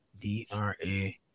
d-r-a